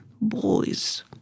boys